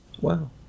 Wow